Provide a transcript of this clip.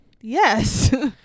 Yes